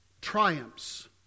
triumphs